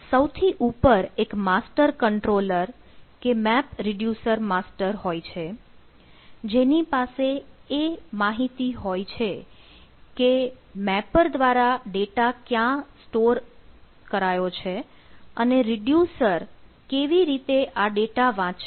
સૌથી ઉપર એક માસ્ટર કંટ્રોલર કે મેપ રીડ્યુસર માસ્ટર હોય છે જેની પાસે એ માહિતી હોય છે કે મેં પર દ્વારા ડેટા ક્યાં સ્ટોર કરાયો છે અને રીડ્યુસર કેવી રીતે આ ડેટા વાંચશે